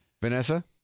vanessa